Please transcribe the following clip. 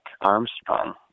Armstrong